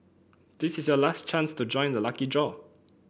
this is your last chance to join the lucky draw